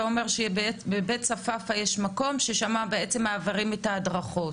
אתה אומר שבבית צפאפא יש מקום ששם בעצם מעבירים את ההדרכות?